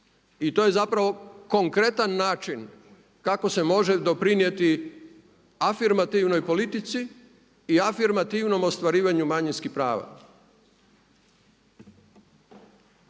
I to je zapravo konkretan način kako se može doprinijeti afirmativnoj politici i afirmativnom ostvarivanju manjinskih prava.